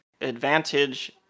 advantage